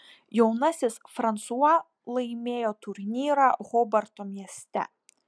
jaunasis fransua laimėjo turnyrą hobarto mieste